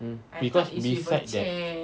mm because beside that